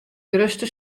grutste